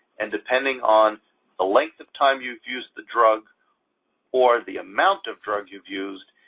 and depending on the length of time you've used the drug or the amount of drug you've used,